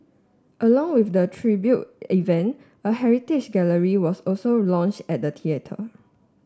along with the tribute event a heritage gallery was also launch at the theatre